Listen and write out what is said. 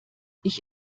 ich